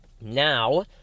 now